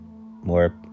more